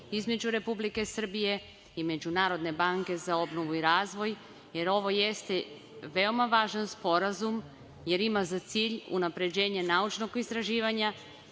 između Republike Srbije i Međunarodne banke za obnovu i razvoj, jer ovo jeste veoma važan sporazum jer ima za cilj unapređenje naučnog istraživanja